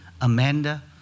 Amanda